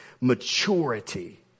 maturity